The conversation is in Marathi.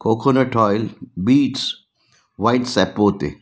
coconut oil beets white sapote